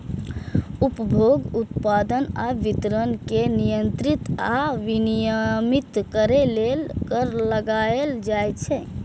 उपभोग, उत्पादन आ वितरण कें नियंत्रित आ विनियमित करै लेल कर लगाएल जाइ छै